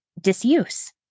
disuse